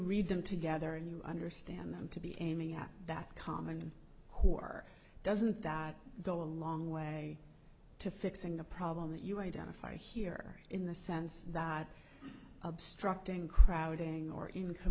read them together and you understand them to be aiming at that common who are doesn't that go a long way to fixing a problem that you identify here in the sense that obstructing crowding or incom